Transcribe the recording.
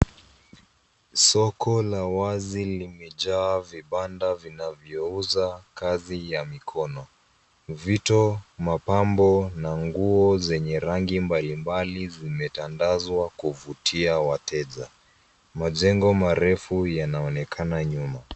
Soko la wazi limejaa vibanda vinavyouza kazi ya mikono. Vitu, mapambo na nguo zenye rangi mbalimbali zimetandazwa kuvutia wateja. Majengo marefu yanaonekana nyuma.